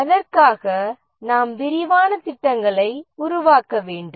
அதற்காக நாம் விரிவான திட்டங்களை உருவாக்க வேண்டும்